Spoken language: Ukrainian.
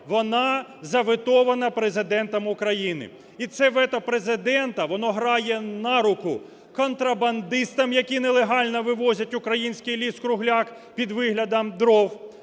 вона заветована Президентом України. І це вето Президента, воно грає на руку контрабандистам, які нелегально вивозять український ліс-кругляк під виглядом дров.